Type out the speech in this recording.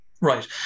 Right